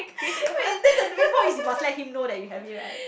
but the main point is you must let him know that you have it right